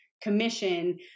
commission